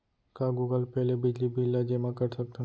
का Google pay ले बिजली बिल ल जेमा कर सकथन?